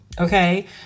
okay